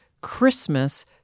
christmas